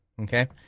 Okay